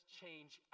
change